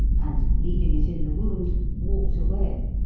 and, leaving it in the wound, walked away,